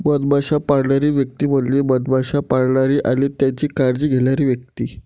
मधमाश्या पाळणारी व्यक्ती म्हणजे मधमाश्या पाळणारी आणि त्यांची काळजी घेणारी व्यक्ती